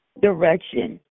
direction